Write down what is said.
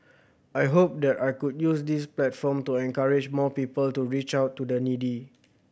I hope that I could use this platform to encourage more people to reach out to the needy